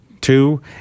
Two